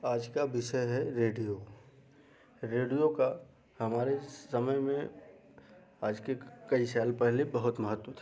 आज का विशय है रेडियो रेडियो का हमारे समय में आज के कई साल पहले बहुत महत्व था